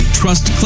trust